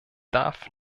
darf